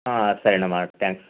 సరే అమ్మ థ్యాంక్స్